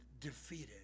defeated